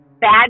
bad